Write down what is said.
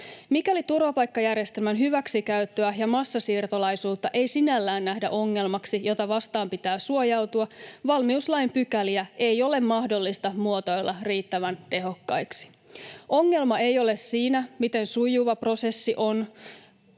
Mikäli turvapaikkajärjestelmän hyväksikäyttöä ja massasiirtolaisuutta ei sinällään nähdä ongelmaksi, jota vastaan pitää suojautua, valmiuslain pykäliä ei ole mahdollista muotoilla riittävän tehokkaiksi. Ongelma ei ole siinä, miten sujuva prosessi on,